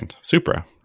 Supra